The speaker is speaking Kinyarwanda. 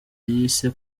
yise